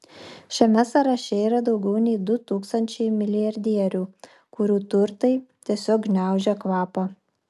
šiame sąraše yra daugiau nei du tūkstančiai milijardierių kurių turtai tiesiog gniaužia kvapą